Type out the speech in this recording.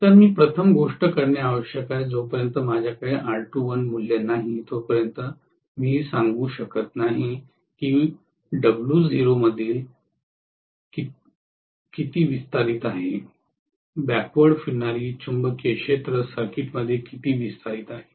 तर मी प्रथम गोष्ट करणे आवश्यक आहे जोपर्यंत माझ्याकडे R2l मूल्य नाही तोपर्यंत मी सांगू शकत नाही की W0 मधील किती विस्तारित आहे बॅकवर्ड फिरणारी चुंबकीय क्षेत्र सर्किटमध्ये किती विस्तारित आहे